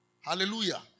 Hallelujah